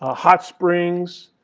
ah hot springs,